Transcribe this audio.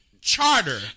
charter